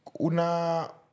una